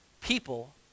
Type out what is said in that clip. people